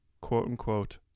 quote-unquote